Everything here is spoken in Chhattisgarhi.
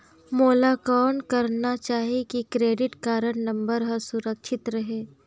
मोला कौन करना चाही की क्रेडिट कारड नम्बर हर सुरक्षित रहे?